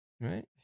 right